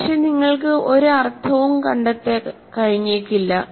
പക്ഷേ നിങ്ങൾക്ക് ഒരു അർത്ഥവും കണ്ടെത്താൻ കഴിഞ്ഞേക്കില്ല